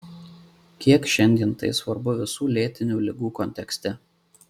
kiek šiandien tai svarbu visų lėtinių ligų kontekste